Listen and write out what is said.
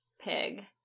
pig